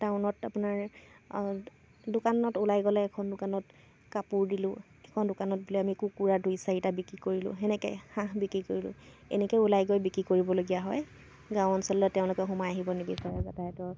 টাউনত আপোনাৰ দোকানত ওলাই গ'লে এখন দোকানত কাপোৰ দিলোঁ এখন দোকানত বোলে আমি কুকুৰা দুই চাৰিটা বিক্ৰী কৰিলোঁ সেনেকৈ হাঁহ বিক্ৰী কৰিলোঁ এনেকৈয়ে ওলাই গৈ বিক্ৰী কৰিবলগীয়া হয় গাঁও অঞ্চললৈ তেওঁলোকে সোমাই আহিব নিবিচাৰে যাতায়তৰ